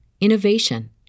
innovation